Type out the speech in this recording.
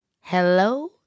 Hello